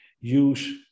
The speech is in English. use